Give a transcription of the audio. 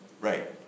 Right